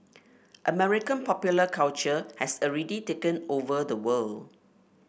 American popular culture has already taken over the world